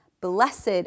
Blessed